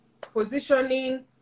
Positioning